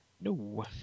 No